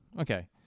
Okay